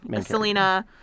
Selena